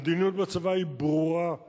המדיניות בצבא היא ברורה,